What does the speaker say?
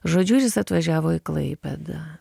žodžiu ir jis atvažiavo į klaipėdą